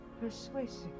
Persuasive